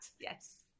yes